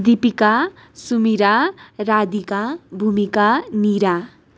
Deepika Sumira Radhika Bhumika Nira